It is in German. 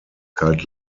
galt